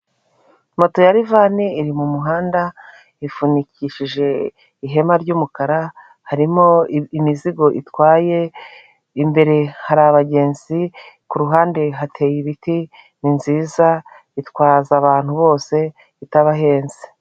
Moto ya rivani iri m'umuhanda ifunikishije ihema ry'umukara harimo imizigo itwaye imbere hari abagenzi k'uruhande hateye ibiti ni nziza itwaza abantu bose itabahenze.